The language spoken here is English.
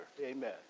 Amen